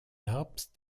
herbst